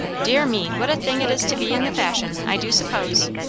dear me! what a thing it is to be in the fashion, i do suppose.